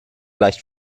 leicht